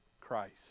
Christ